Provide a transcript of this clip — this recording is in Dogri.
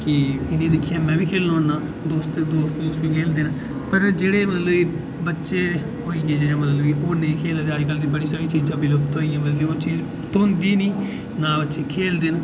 कि इ'नें ई दिक्खियै में बी खेढना होन्ना दोस्त खेढदे न पर जेह्ड़े मतलब बच्चे होई गे जि'यां कि ओह् नेईं खेढे दे अजकल दे बहुत सारियां चीजां लुप्त होई दियां ते ओह् चीज होंदी निं ना बच्चे खेढदे न